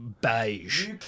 beige